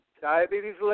Diabetes